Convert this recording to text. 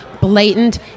blatant